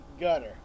gutter